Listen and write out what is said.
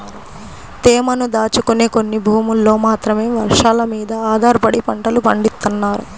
తేమను దాచుకునే కొన్ని భూముల్లో మాత్రమే వర్షాలమీద ఆధారపడి పంటలు పండిత్తన్నారు